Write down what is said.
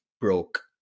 broke